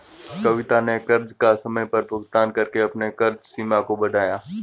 कविता ने कर्ज का समय पर भुगतान करके अपने कर्ज सीमा को बढ़ाया